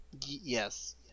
Yes